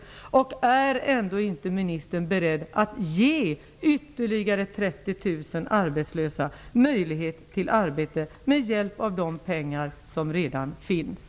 Är ministern ändå inte beredd att ge ytterligare 30 000 arbetslösa möjlighet till arbete med hjälp av de pengar som redan finns?